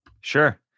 sure